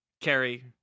Carrie